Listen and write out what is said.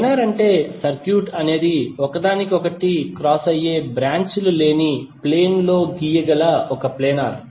planar అంటే circuit అనేది ఒకదానికొకటి క్రాస్ అయ్యే బ్రాంచ్ లు లేని ప్లేన్ లో గీయగల ప్లేనార్